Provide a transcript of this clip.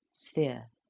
sphere.